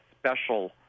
special